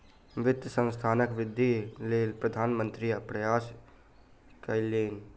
वित्तीय संस्थानक वृद्धिक लेल प्रधान मंत्री प्रयास कयलैन